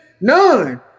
None